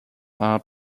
are